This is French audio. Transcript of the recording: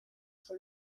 sur